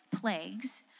plagues